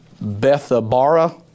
Bethabara